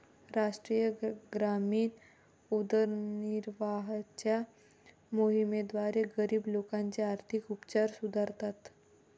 राष्ट्रीय ग्रामीण उदरनिर्वाहाच्या मोहिमेद्वारे, गरीब लोकांचे आर्थिक उपचार सुधारतात